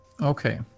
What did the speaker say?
Okay